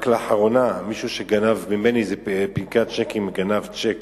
רק לאחרונה מישהו גנב ממני פנקס צ'קים וגנב צ'ק